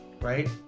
right